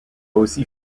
aussi